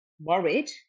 worried